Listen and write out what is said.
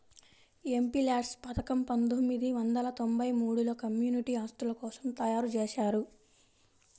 MPLADS పథకం పందొమ్మిది వందల తొంబై మూడులో కమ్యూనిటీ ఆస్తుల కోసం తయ్యారుజేశారు